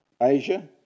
Asia